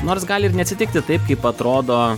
nors gali ir neatsitikti taip kaip atrodo